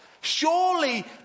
Surely